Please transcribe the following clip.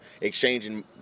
exchanging